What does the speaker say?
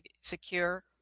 secure